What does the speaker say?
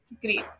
great